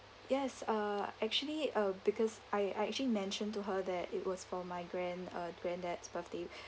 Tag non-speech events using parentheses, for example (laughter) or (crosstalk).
yes uh actually uh because I I actually mentioned to her that it was for my grand uh granddad's birthday (breath)